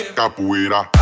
capoeira